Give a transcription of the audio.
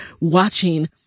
watching